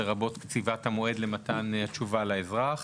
לרבות קציבת המועד למתן תשובה לאזרח,